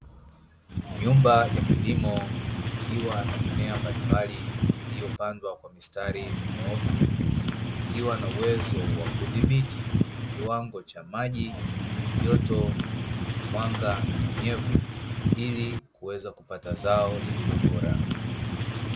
Nyumba ya kilimo ikiwa na mimea mbalimbali iliyopandwa kwa mistari minyoofu, ikiwa na uwezo wa kudhibiti kiwango cha maji, joto, mwanga na unyevu, ili kuweza kupata zao lililo bora.